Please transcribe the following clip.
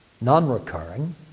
non-recurring